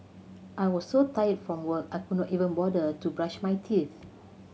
I was so tired from work I could not even bother to brush my teeth